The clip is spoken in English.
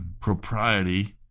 propriety